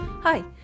Hi